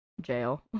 Jail